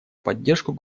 поддержку